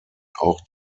auch